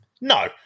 No